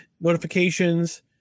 notifications